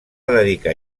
dedicar